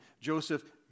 Joseph